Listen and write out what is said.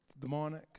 demonic